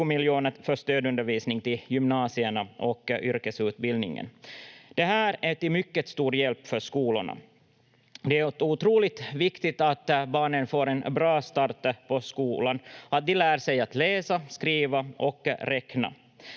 20 miljoner för stödundervisning till gymnasierna och yrkesutbildningen. Det här är till mycket stor hjälp för skolorna. Det är otroligt viktigt att barnen får en bra start på skolan och att de lär sig att läsa, skriva och räkna,